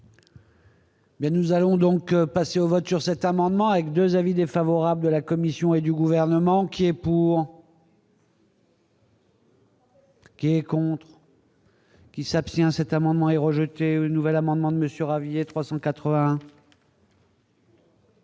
nous allons donc passer au vote sur cet amendement avec 2 avis défavorables de la Commission et du gouvernement qui est pour. Qui est contre. Qui s'abstient, cet amendement est rejeté, nouvel amendement de monsieur 380.